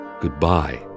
Goodbye